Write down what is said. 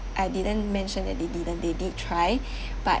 I didn't mention that they didn't they did try but